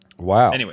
Wow